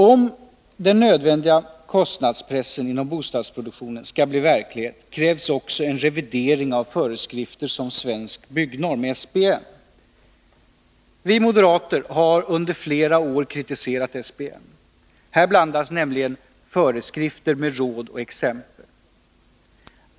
Om den nödvändiga kostnadspressen inom bostadsproduktionen skall blir verklighet, krävs också en revidering av föreskrifter som Svensk Byggnorm . Vi moderater har under flera år kritiserat SBN. Här blandas nämligen föreskrifter med råd och exempel.